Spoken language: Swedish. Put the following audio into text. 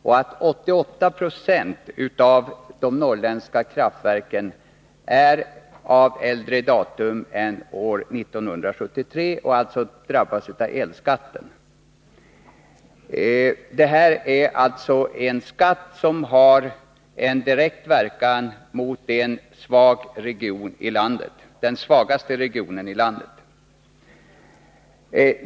Av dessa har 88 2 tagits i bruk före 1973 och drabbas alltså av elskatten. Detta är således en skatt vars verkningar blir svårast för den svagaste regionen i landet.